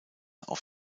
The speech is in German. auf